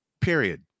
Period